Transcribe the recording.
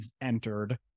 entered